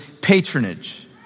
patronage